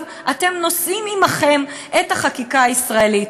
אתם נושאים עמכם את החקיקה הישראלית".